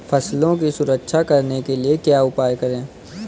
फसलों की सुरक्षा करने के लिए क्या उपाय करें?